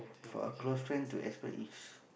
for a close friend to express is